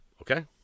Okay